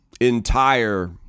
entire